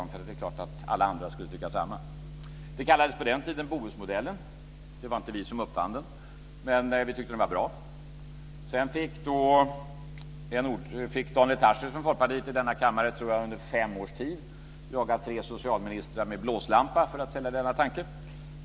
Det var klart att alla andra skulle tycka likadant. Det kallades på den tiden för Bohusmodellen. Det var inte vi som uppfann den, men vi tyckte att den var bra. Sedan fick Daniel Tarschys från Folkpartiet i denna kammare under fem års tid jaga tre socialministrar med blåslampa för att sälja denna tanke.